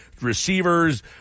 receivers